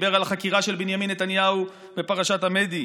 שדיבר על החקירה של בנימין נתניהו בפרשת עמדי